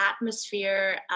atmosphere